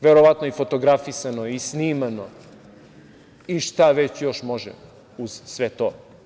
Verovatno i fotografisano i snimano i šta već još može uz sve to.